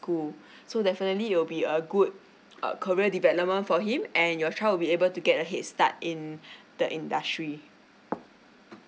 school so definitely it will be a good uh career development for him and your child be able to get a head start in the industry